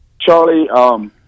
Charlie